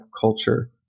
culture